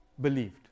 believed